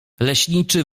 leśniczy